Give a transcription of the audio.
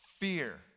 fear